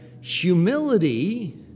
humility